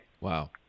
Wow